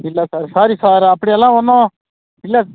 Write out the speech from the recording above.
இல்லை sir sorry sir அப்படியெல்லாம் ஒன்றும் இல்லை